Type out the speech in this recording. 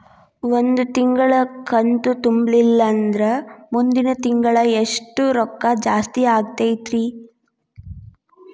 ಒಂದು ತಿಂಗಳಾ ಕಂತು ತುಂಬಲಿಲ್ಲಂದ್ರ ಮುಂದಿನ ತಿಂಗಳಾ ಎಷ್ಟ ರೊಕ್ಕ ಜಾಸ್ತಿ ಆಗತೈತ್ರಿ?